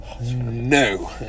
No